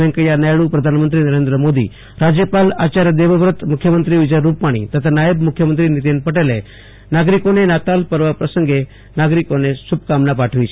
વૈંકેયા નાયડ઼ પ્રધાનમંત્રી નરેન્દ્ર મોદી રાજ્યપાલ આચાર્ય દેવવ્રત મુખ્યમંત્રી વીજય રૂપાણી તથા નાયબ મુખ્યમંત્રી નીતિન પટેલે નાગરિકોને નાતાલ પર્વ પ્રસંગે નાગરિકોને શુભ કામના પાઠવી છે